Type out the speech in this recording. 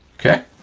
okay?